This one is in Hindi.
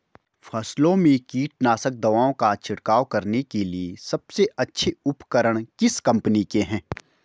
फसलों में कीटनाशक दवाओं का छिड़काव करने के लिए सबसे अच्छे उपकरण किस कंपनी के हैं?